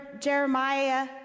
Jeremiah